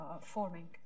forming